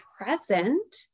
present